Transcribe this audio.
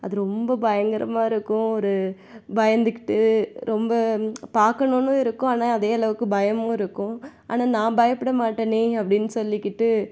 அது ரொம்ப பயங்கரமாக இருக்கும் ஒரு பயந்துக்கிட்டு ரொம்ப பார்க்கணுன்னு இருக்கும் ஆனால் அதே அளவுக்கு பயமும் இருக்கும் ஆனால் நான் பயப்படமாட்டனே அப்படின்னு சொல்லிக்கிட்டு